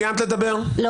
סיימת לדבר את דבריך, דבי?